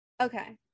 Okay